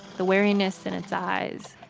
the wariness in its eyes,